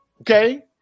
Okay